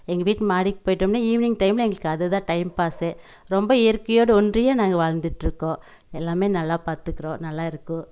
எங்கள் வீட்டு மாடிக் போயிட்டம்னா ஈவினிங் டைமில் எங்களுக்கு அது தான் டைம்பாஸ்ஸு ரொம்ப இயற்கையோடு ஒன்றியே நாங்கள் வாழ்ந்துட்டுருக்கோம் எல்லாமே நல்லா பார்த்துக்குறோம் நல்லா இருக்கும்